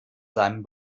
seinem